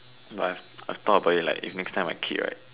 but I thought about it like if next time my kid right